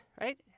right